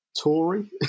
Tory